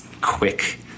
quick